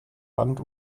hand